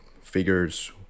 figures